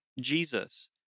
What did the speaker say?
Jesus